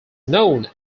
known